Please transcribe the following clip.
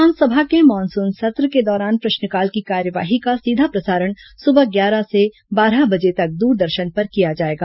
विधानसभा के मानसून सत्र के दौरान प्रश्नकाल की कार्यवाही का सीधा प्रसारण सुबह ग्यारह से बारह बजे तक दूरदर्शन पर किया जाएगा